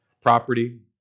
property